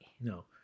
No